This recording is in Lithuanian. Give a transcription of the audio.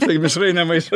tai mišrainę maišė